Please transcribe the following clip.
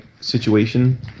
situation